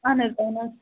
اہَن حظ اہَن حظ